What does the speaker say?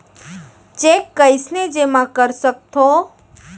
Cheque कईसने जेमा कर सकथो?